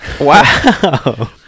Wow